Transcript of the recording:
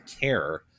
care